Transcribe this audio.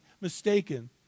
mistaken